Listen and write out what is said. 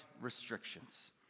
restrictions